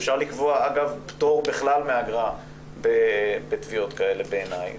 אפשר לקבוע אגב פטור בכלל מאגרה בתביעות כאלה בעיני,